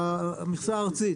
המכסה הארצית.